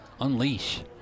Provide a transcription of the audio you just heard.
unleash